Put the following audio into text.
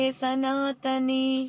sanatani